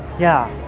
yeah!